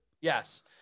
Yes